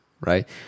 right